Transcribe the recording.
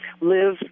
live